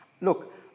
look